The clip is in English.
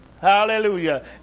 Hallelujah